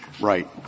right